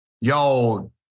y'all